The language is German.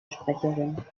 sprecherin